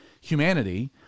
humanity